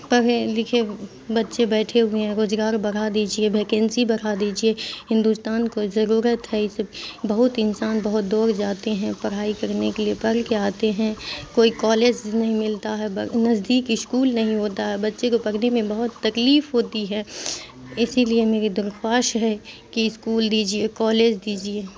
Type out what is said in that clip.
پڑھے لکھے بچے بیٹھے ہوئے ہیں روجگار برھا دیجیے بھیکنسی بڑھا دیجیے ہندوستان کو ضرورت ہے یہ سب بہت انسان بہت دور جاتے ہیں پڑھائی کرنے کے لیے پڑھ کے آتے ہیں کوئی کالج نہیں ملتا ہے نزدیک اسکول نہیں ہوتا ہے بچے کو پگھنے میں بہت تکلیف ہوتی ہے اسی لیے میری درخواست ہے کہ اسکول دیجیے کالج دیجیے